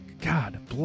God